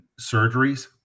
surgeries